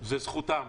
זה זכותם,